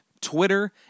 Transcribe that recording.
Twitter